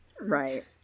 Right